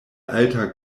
alte